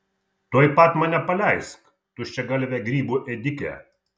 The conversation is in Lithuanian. tuoj pat mane paleisk tuščiagalve grybų ėdike